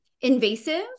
invasive